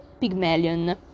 Pygmalion